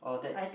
oh that's